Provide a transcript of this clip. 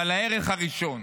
אבל הערך הראשון,